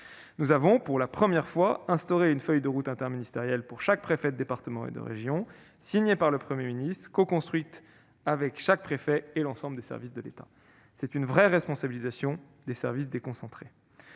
Nous avons pour la première fois instauré une feuille de route interministérielle pour chaque préfet de département et chaque préfet de région, signée par le Premier ministre, coconstruite avec chaque préfet et avec l'ensemble des services de l'État. C'est là une réelle responsabilisation des services déconcentrés.